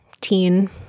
teen